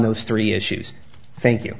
those three issues thank you